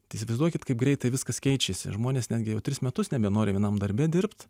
tai įsivaizduokit kaip greitai viskas keičiasi žmonės netgi jau tris metus nebenori vienam darbe dirbt